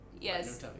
Yes